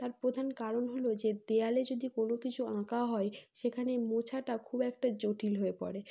তার প্রধান কারণ হল যে দেওয়ালে যদি কোনো কিছু আঁকা হয় সেখানে মোছাটা খুব একটা জটিল হয়ে পড়ে